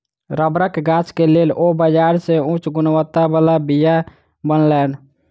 रबड़क गाछ के लेल ओ बाजार से उच्च गुणवत्ता बला बीया अनलैन